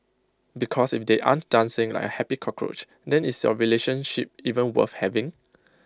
because if they aren't dancing like A happy cockroach then is your relationship even worth having